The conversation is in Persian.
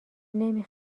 نمی